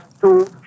two